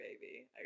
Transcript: baby